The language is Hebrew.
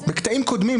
בקטעים קודמים,